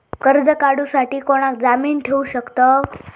कर्ज काढूसाठी कोणाक जामीन ठेवू शकतव?